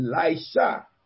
Elisha